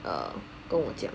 um 跟我讲